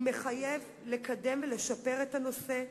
והוא מחויב לקדם ולשפר את הנושא,